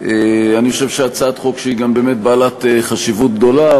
אני חושב שהצעת חוק שהיא גם בעלת חשיבות גדולה,